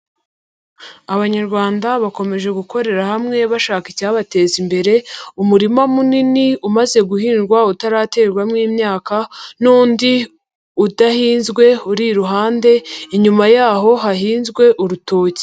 Abanyarwanda bakomeje gukorera hamwe bashaka icyabateza imbere, umurima munini umaze guhingwa utaraterwamo imyaka n'undi udahinzwe uri iruhande, inyuma y'aho hahinzwe urutoki.